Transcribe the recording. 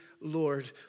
Lord